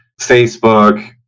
Facebook